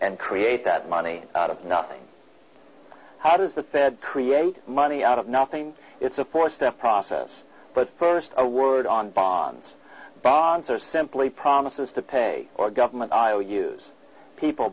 and create that money out of nothing how does the fed create money out of nothing it's a four step process but first a word on bonds bonds or simply promises to pay or government ious people